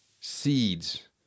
seeds